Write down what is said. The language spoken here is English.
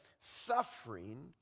suffering